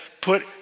put